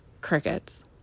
crickets